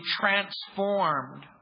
transformed